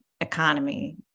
economy